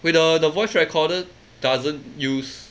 wait the the voice recorder doesn't use